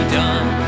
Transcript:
done